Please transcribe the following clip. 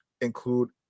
include